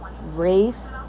race